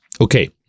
Okay